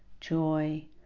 joy